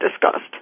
discussed